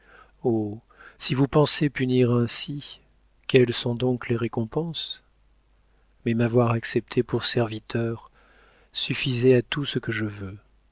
si vous pensez punir ainsi quelles sont donc les récompenses mais m'avoir accepté pour serviteur suffisait à tout ce que je veux